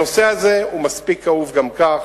הנושא הזה הוא מספיק כאוב גם כך.